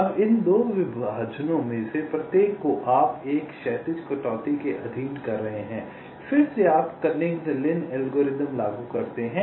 अब इन विभाजनों में से प्रत्येक को आप अब एक क्षैतिज कटौती के अधीन कर रहे हैं फिर से आप कर्निगन लिन एल्गोरिथ्म लागू करते हैं